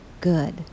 good